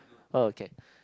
okay